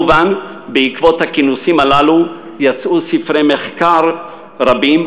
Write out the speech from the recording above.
בעקבות הכינוסים הללו יצאו כמובן ספרי מחקר רבים,